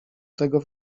tego